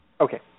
Okay